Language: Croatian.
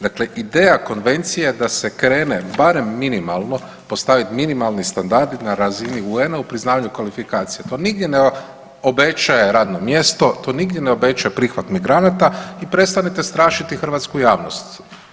Dakle, ideja konvencije je da se krene barem minimalno, postavit minimalni standard na razini UN-a u priznavanju kvalifikacija, to nigdje ne obećaje radno mjesto, to nigdje ne obećaje prihvat migranata i prestanite strašiti hrvatsku javnost.